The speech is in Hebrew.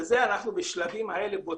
ואנחנו בודקים אותם בשלבים האלה.